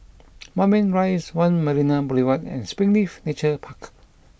Moulmein Rise One Marina Boulevard and Springleaf Nature Park